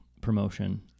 promotion